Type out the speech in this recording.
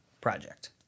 project